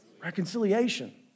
Reconciliation